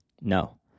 No